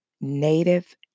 Native